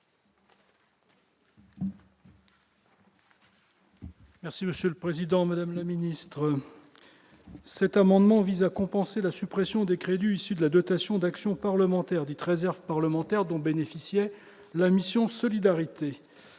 Merci Monsieur le Président, Madame la ministre, cet amendement vise à compenser la suppression des crédits issus de la dotation d'action parlementaire dite réserves parlementaire dont bénéficiait la mission Solidarité,